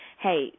hey